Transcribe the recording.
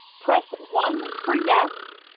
press one for yes,